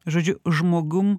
žodžiu žmogum